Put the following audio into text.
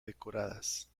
decoradas